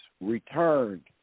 returned